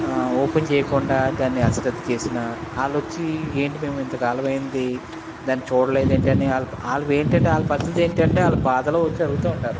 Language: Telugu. ఓపెన్ చేయకుండా దాన్ని అశ్రద్ద చేసినా వాళ్ళొచ్చి ఏంటి మేము వచ్చి ఇంతకాలం అయ్యింది చూడలేదు ఏంటని వాళ్ళు ఏంటంటే వాళ్ళ పరిస్థితేంటంటే వాళ్ళు బాధలో వచ్చి అడుగుతూ ఉంటారు